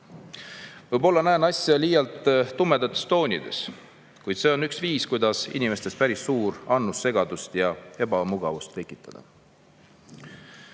ma näen asja liialt tumedates toonides, kuid see on üks viis, kuidas inimestes päris suur annus segadust ja ebamugavustunnet tekitada.